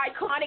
iconic